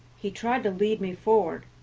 he tried to lead me forward.